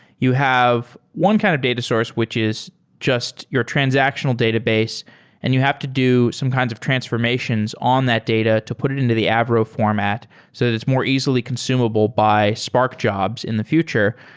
you have one kind of data source, which is just your transactional database and you have to do some kinds of transformations on that data to put it into the avro format so that it's more easily consumable by spark jobs in the future.